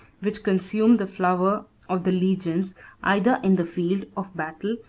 which consumed the flower of the legions either in the field of battle,